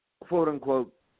quote-unquote